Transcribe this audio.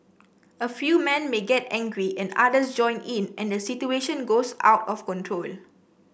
a few men may get angry and others join in and the situation goes out of control